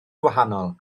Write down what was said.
gwahanol